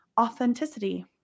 authenticity